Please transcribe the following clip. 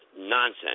Nonsense